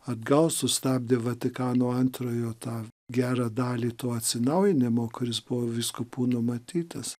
atgal sustabdė vatikano antrojo tą gerą dalį to atsinaujinimo kuris buvo vyskupų numatytas